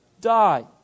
die